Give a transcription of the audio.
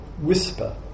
whisper